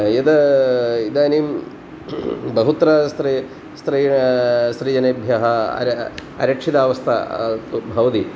यद् इदानीं बहुत्र स्त्री स्त्री स्त्रीजनेभ्यः अरक्षितावस्था भवति